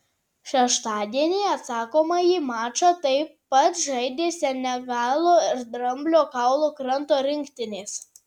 šeštadienį atsakomąjį mačą taip pat žaidė senegalo ir dramblio kaulo kranto rinktinės